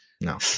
no